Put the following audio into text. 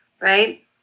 right